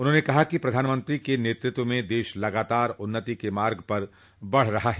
उन्होंने कहा कि प्रधानमंत्री के नेतृत्व में देश लगातार उन्नति के मार्ग पर बढ़ रहा है